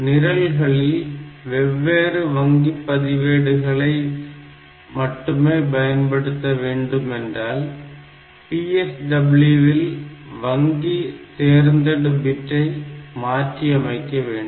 நிரல்களில் வெவ்வேறு வங்கிப் பதிவேடுகளை மட்டுமே பயன்படுத்த வேண்டும் என்றால் PSW இல் வங்கித் தேர்ந்தெடு பிட்டை மாற்றி அமைக்க வேண்டும்